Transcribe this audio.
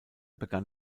begann